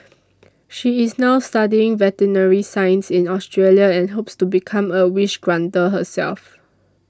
she is now studying veterinary science in Australia and hopes to become a wish granter herself